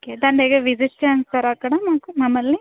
okay దాని దగ్గర visit చేయించుతారా అక్కడ మాకు మమ్మల్ని